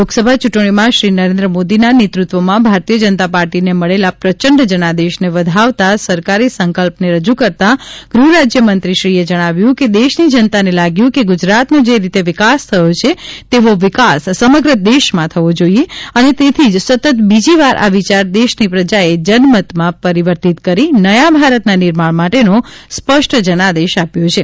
લોકસભા ચૂંટણીઓમાં શ્રી નરેન્દ્ર મોદીના નેતૃત્વમાં ભારતીય જનતા પાર્ટીને મળેલા પ્રચંડ જનાદેશને વધાવતા સરકારી સંકલ્પને રજૂ કરતા ગ્રહ રાજ્ય મંત્રીશ્રીએ જણાવ્યું કે દેશની જનતાને લાગ્યું કે ગુજરાતનો જે રીતે વિકાસ થયો છે તેવો વિકાસ સમગ્ર દેશમાં થવો જોઇએ અને તેથી જ સતત બીજીવાર આ વિચાર દેશની પ્રજાએ જનમતમાં પરિવર્તીત કરી નયા ભારતના નિર્માણ માટેનો સ્પષ્ટ જનાદેશ આપ્યો છે